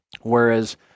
Whereas